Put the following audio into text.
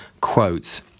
Quote